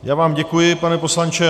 Já vám děkuji, pane poslanče.